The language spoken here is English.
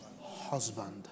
husband